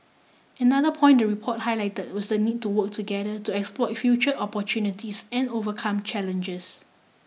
another point the report highlight was the need to work together to exploit future opportunities and overcome challenges